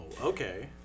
okay